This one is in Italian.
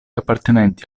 appartenenti